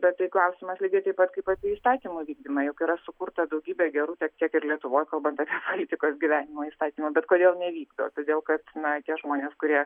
bet tai klausimas lygiai taip pat kaip apie įstatymo vykdymą juk yra sukurta daugybė gerų tiek kiek ir lietuvoj kalbant apie politikos gyvenimo įstatymą bet kodėl nevykdo todėl kad na tie žmones kurie